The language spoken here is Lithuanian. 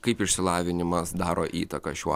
kaip išsilavinimas daro įtaką šiuo